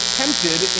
tempted